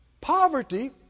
Poverty